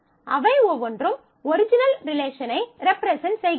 அவை ஒவ்வொன்றும் ஒரிஜினல் ரிலேஷனை ரெப்ரெசென்ட் செய்கின்றன